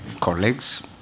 colleagues